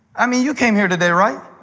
i mean, you came here today, right?